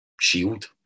shield